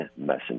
messenger